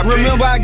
Remember